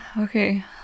Okay